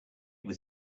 was